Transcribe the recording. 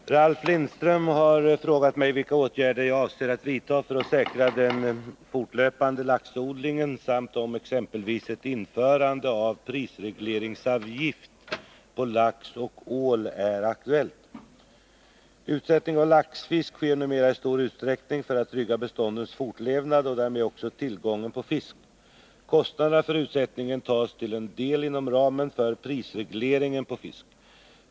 Herr talman! Ralf Lindström har frågat mig vilka åtgärder jag avser att vidta för att säkra den fortlöpande laxodlingen samt om exempelvis ett införande av prisregleringsavgift på lax och ål är aktuellt. Utsättning av laxfisk sker numera i stor utsträckning för att trygga beståndens fortlevnad och därmed också tillgången på fisk. Kostnaderna för utsättningen täcks till en del inom ramen för prisregleringen på fisk.